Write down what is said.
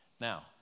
Now